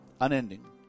Unending